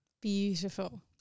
beautiful